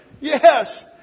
Yes